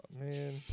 man